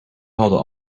hadden